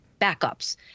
backups